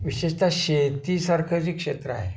विशेषतः शेती ह सारखं जे क्षेत्र आहे